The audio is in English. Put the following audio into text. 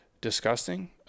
disgusting